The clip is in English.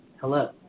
hello